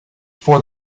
for